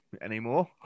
anymore